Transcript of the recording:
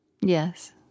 Yes